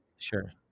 Sure